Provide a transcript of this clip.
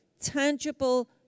tangible